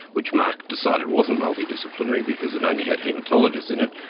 which mark decided wasn't multidisciplinary because it only had haematologists in it,